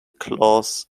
clause